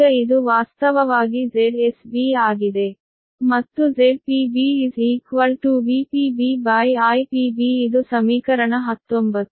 ಈಗ ಇದು ವಾಸ್ತವವಾಗಿ ZsB ಆಗಿದೆ ಮತ್ತು ZpB VpBIpB ಇದು ಸಮೀಕರಣ 19